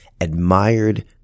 admired